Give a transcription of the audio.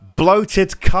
Bloated